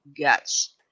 guts